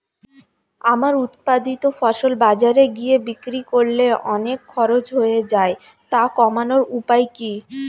আমার উৎপাদিত ফসল বাজারে গিয়ে বিক্রি করলে অনেক খরচ হয়ে যায় তা কমানোর উপায় কি?